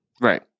right